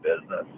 business